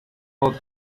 pot